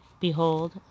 Behold